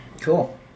Cool